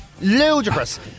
Ludicrous